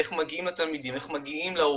איך מגיעים לתלמידים ולהורים.